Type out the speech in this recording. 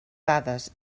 dades